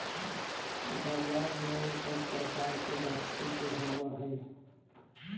बाजार मूल्य सब प्रकार के वस्तु के होवऽ हइ